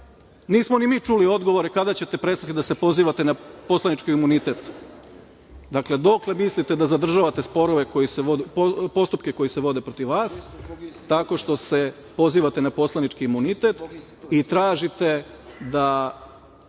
nismo ni mi čuli odgovore kada ćete prestati da se pozivate na poslanički imunitet. Dakle, dokle mislite da zadržavate postupke koji se vode protiv vas tako što se pozivate na poslanički imunitet i tražite da